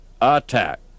attack